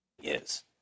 Yes